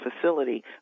facility